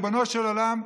ריבונו של עולם,